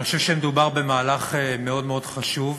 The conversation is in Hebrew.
אני חושב שמדובר במהלך מאוד מאוד חשוב.